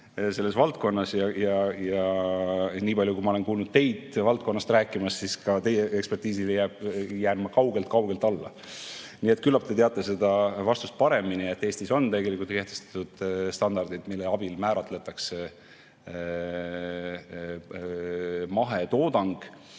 selles valdkonnas. Niipalju, kui ma olen kuulnud teid sellest valdkonnast rääkimas, siis ka teie ekspertiisile jään ma kaugelt-kaugelt alla. Nii et küllap te teate seda vastust paremini, et Eestis on kehtestatud standardid, mille abil määratletakse mahetoodang.